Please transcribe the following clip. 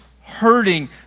hurting